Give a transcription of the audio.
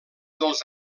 dels